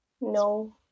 no